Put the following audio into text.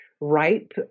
ripe